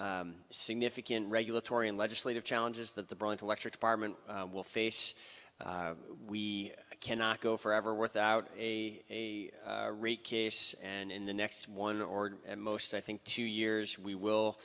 significant regulatory and legislative challenges that the brunt electric department will face we cannot go forever without a reeky and in the next one or and most i think two years we will